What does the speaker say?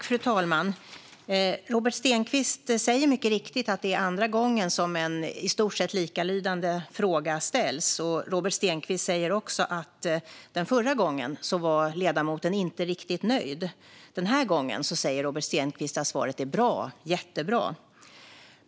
Fru talman! Robert Stenkvist säger mycket riktigt att det är andra gången som en i stort sett likalydande fråga ställs. Ledamoten säger också att han inte var riktigt nöjd förra gången. Den här gången säger han att svaret är jättebra.